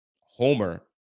Homer